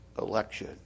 election